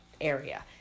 area